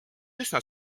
üsna